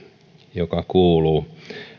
joka kuuluu